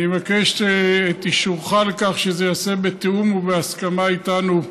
אני אבקש את אישורך לכך שזה ייעשה בתיאום ובהסכמה איתנו.